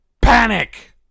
panic